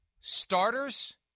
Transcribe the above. Starters